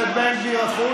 הבנתי גם אותך.